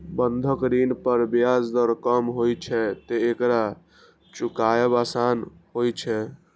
बंधक ऋण पर ब्याज दर कम होइ छैं, तें एकरा चुकायब आसान होइ छै